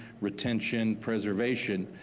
retention, preservation,